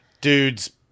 dudes